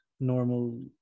Normal